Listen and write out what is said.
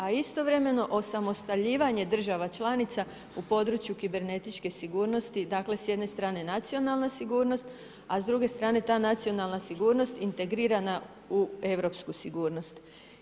A istovremeno osamostaljivanje država članica u području kibernetičke sigurnosti, dakle s jedne strane nacionalna sigurnost, a s druge strane ta nacionalna sigurnost, integrirana u europsku sigurnost.